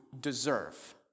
deserve